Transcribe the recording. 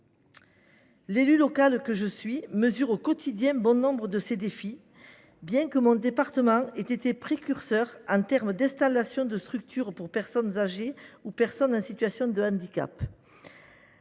L’élue locale que je suis mesure au quotidien bon nombre d’entre eux, bien que mon département ait été précurseur en matière d’installation de structures pour personnes âgées ou en situation de handicap.